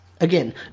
Again